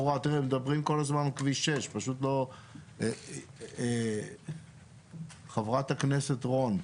מדברים כל הזמן על כביש 6. חברת הכנסת רון,